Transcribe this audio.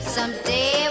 Someday